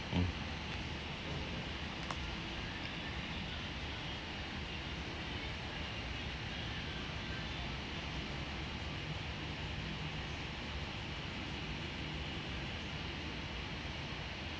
um